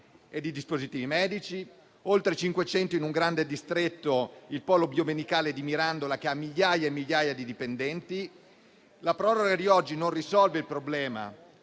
e di dispositivi medici, oltre 500 si trovano in un grande distretto, il polo biomedicale di Mirandola, che ha migliaia di dipendenti. La proroga di oggi non risolve il problema,